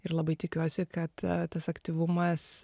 ir labai tikiuosi kad tas aktyvumas